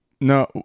No